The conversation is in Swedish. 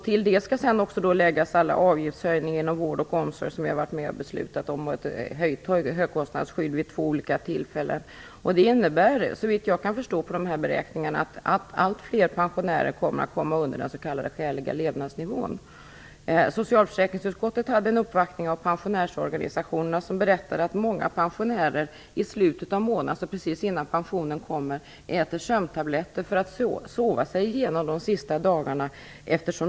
Till det skall läggas alla avgiftshöjningar inom vård och omsorg som vi har varit med om att besluta, samt höjning av högkostnadsskyddet vid två tillfällen. Detta innebär, såvitt jag kan förstå av dessa beräkningar, att allt fler pensionärer kommer att hamna under den s.k. skäliga levnadsnivån. Socialförsäkringsutskottet hade en uppvaktning av pensionärsorganisationerna, som berättade att många pensionärer i slutet av månaden, precis innan pensionen kommer, äter sömntabletter för att sova sig igenom de sista dagarna.